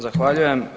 Zahvaljujem.